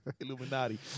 Illuminati